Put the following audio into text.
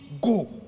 go